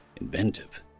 inventive